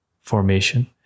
formation